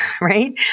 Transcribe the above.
right